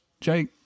Jake